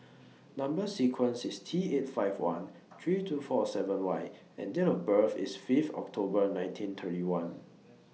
Number sequence IS T eight five one three two four seven Y and Date of birth IS Fifth October nineteen thirty one